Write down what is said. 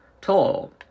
Tall